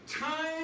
time